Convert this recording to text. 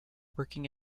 working